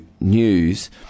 news